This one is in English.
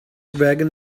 wagon